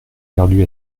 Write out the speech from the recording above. perdu